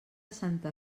santa